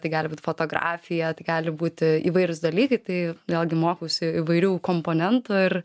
tai gali būt fotografija tai gali būti įvairūs dalykai tai vėlgi mokausi įvairių komponentų ir